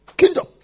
Kingdom